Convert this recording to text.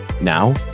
now